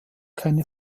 keine